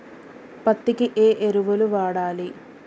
పత్తి కి ఏ ఎరువులు వాడాలి?